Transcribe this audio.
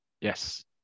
Yes